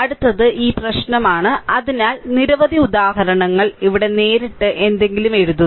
അടുത്തത് ഈ പ്രശ്നമാണ് അതിനാൽ നിരവധി ഉദാഹരണങ്ങൾ ഇവിടെ നേരിട്ട് എന്തെങ്കിലും എഴുതുന്നു